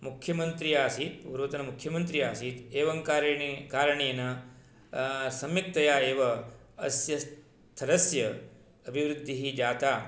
मुख्यमन्त्री आसीत् पूर्वतनमुख्यमन्त्री आसीत् एवं कारणेन सम्यक्तया एव अस्य स्थलस्य अभिवृद्धिः जाता